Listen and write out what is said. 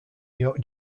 york